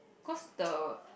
because the